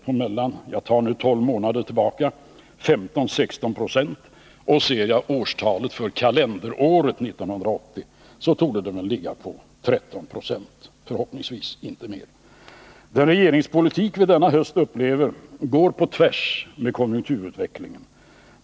Det senaste tolvmånaderstalet ligger på mellan 15 och 16 90. Och årstalet för kalenderåret 1980 torde ligga på 13 26, förhoppningsvis inte Den regeringspolitik vi denna höst upplever går på tvärs med konjunkturutvecklingen.